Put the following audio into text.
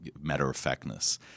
matter-of-factness